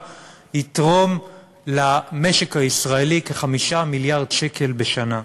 יתרום למשק הישראלי כ-5 מיליארד שקל בשנה.